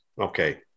Okay